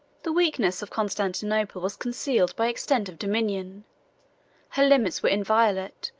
the weakness of constantinople was concealed by extent of dominion her limits were inviolate,